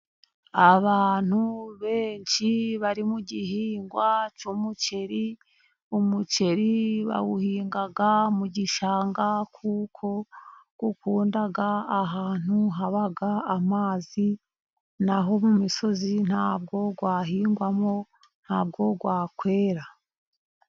Abantu benshi bari mu gihingwa cy'umuceri. Umuceri bawuhinga mu gishanga, kuko ukunda ahantu haba amazi, na ho mu misozi ntabwo wahingwamo, ntabwo wakwera.